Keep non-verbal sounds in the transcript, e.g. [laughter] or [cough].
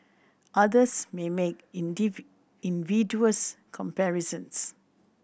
others may make [unintelligible] invidious comparisons